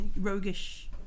Roguish